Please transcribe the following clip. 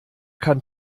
kann